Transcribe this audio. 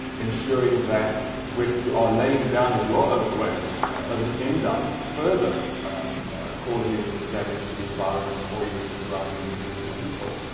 ensuring that what you are laying down as your waste, doesn't end up further causing damage to the environment or even the surrounding community of people.